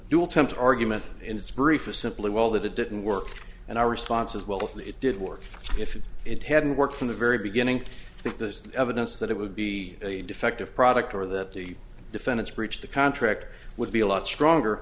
dual temps argument in its brief was simply well that it didn't work and our response is well if it did work if it hadn't worked from the very beginning if there is evidence that it would be a defective product or that the defendants breached the contract would be a lot stronger